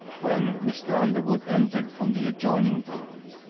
when mr. underwood entered from the adjoining room.